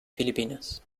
filipinas